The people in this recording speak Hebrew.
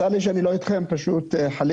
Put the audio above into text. צר לי שאני לא אתכם אבל חליתי.